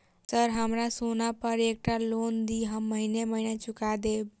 Sir हमरा सोना पर एकटा लोन दिऽ हम महीने महीने चुका देब?